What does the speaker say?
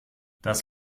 das